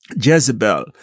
Jezebel